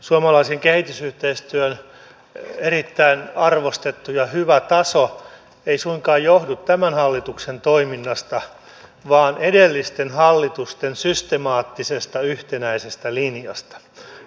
suomalaisen kehitysyhteistyön erittäin arvostettu ja hyvä taso ei suinkaan johdu tämän hallituksen toiminnasta vaan edellisten hallitusten systemaattisesta yhtenäisestä linjasta